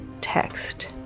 text